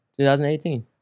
2018